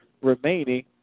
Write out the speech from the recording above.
remaining